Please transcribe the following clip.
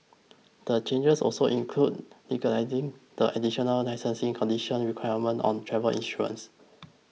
the changes also include legalising the additional licensing condition requirement on travel insurance